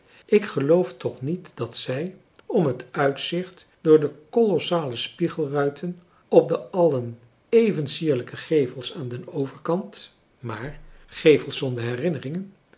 ik geloof toch niet dat zij om het uitzicht door de kolossale spiegelruiten op de allen even sierlijke gevels aan den overkant maar